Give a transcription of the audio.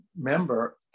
member